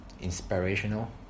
inspirational